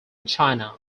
china